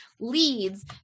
leads